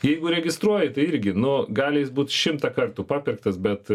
jeigu registruoji tai irgi nu gali jis būt šimtą kartų papirktas bet